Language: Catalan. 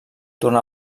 tornà